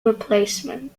replacement